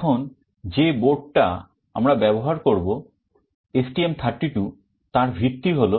এখন যে বোর্ড হল